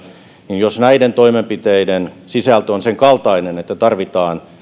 niin jos näiden toimenpiteiden sisältö on senkaltainen että tarvitaan